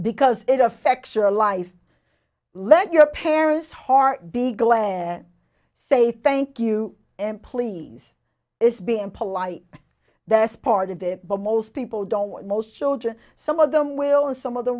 because it affects your life let your paris heart big land say thank you and please it's being polite that's part of it but most people don't know most children some of them will and some of the